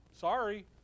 Sorry